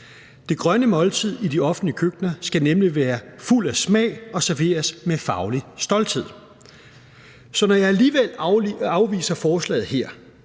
Det grønne måltid i de offentlige køkkener skal nemlig være fuldt af smag og serveres med faglig stolthed. Så når jeg alligevel afviser forslaget her,